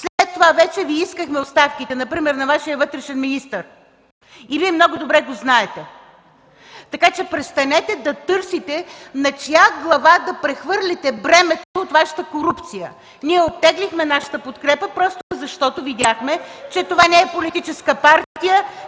След това вече Ви искахме оставките, например на Вашия вътрешен министър, и Вие много добре го знаете, така че престанете да търсите на чия глава да прехвърлите бремето от Вашата корупция. Ние оттеглихме нашата подкрепа, защото видяхме, че това не е политическа партия